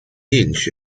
inch